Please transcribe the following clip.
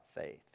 faith